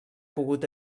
pogut